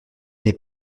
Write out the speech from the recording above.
n’ai